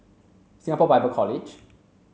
Singapore Bible College